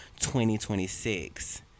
2026